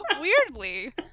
Weirdly